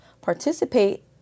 participate